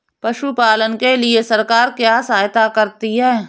पशु पालन के लिए सरकार क्या सहायता करती है?